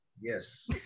Yes